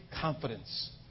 confidence